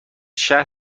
شهر